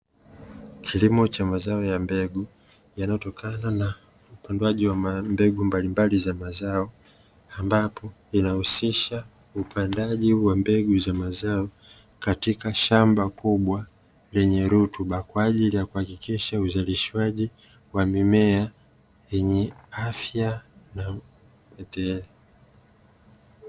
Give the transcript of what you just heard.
Kilimo cha mazao ya mbegu, yanayotokana na upandwaji wa mbegu mbalimbali za mazao, ambapo inahusisha upandaji wa mbegu za mazao katika shamba kubwa, lenye rutuba kwa ajili ya kuhakikisha uzalishwaji wa mimea yenye afya.